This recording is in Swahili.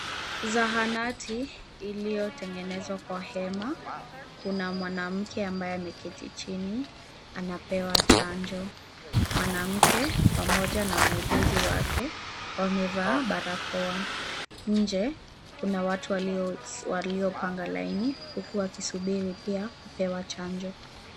Zahanati iliyotengenezwa kwa hema. Kuna mwanamke ambaye ameketi chini anapewa chanjo. Mwanamke pamoja na muuguzi wake wamevaa barakoa. Nje kuna watu waliopanga laini huku wakisubiri pia kupewa chanjo.